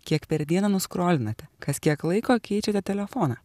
kiek per dieną nuskrolinate kas kiek laiko keičiate telefoną